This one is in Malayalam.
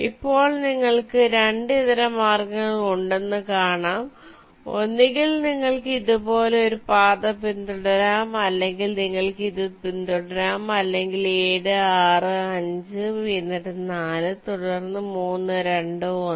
ഇപ്പോൾ നിങ്ങൾക്ക് 2 ഇതരമാർഗ്ഗങ്ങൾ ഉണ്ടെന്ന് കാണാം ഒന്നുകിൽ നിങ്ങൾക്ക് ഇതുപോലുള്ള ഒരു പാത പിന്തുടരാം അല്ലെങ്കിൽ നിങ്ങൾക്ക് ഇത് പിന്തുടരാം അല്ലെങ്കിൽ 7 6 5 എന്നിട്ട് 4 തുടർന്ന് 3 2 1